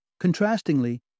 Contrastingly